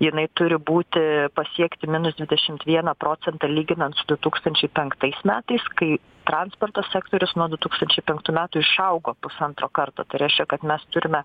jinai turi būti pasiekti minus dvidešimt vieną procentą lyginant su du tūkstančiai penktais metais kai transporto sektorius nuo du tūkstančiai penktų metų išaugo pusantro karto tai reiškia kad mes turime